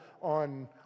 on